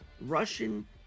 Russian